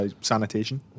sanitation